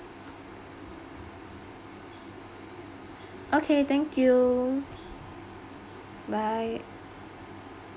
okay thank you bye